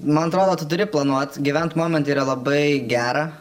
man atrodo tu turi planuot gyvent momente yra labai gera